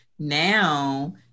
now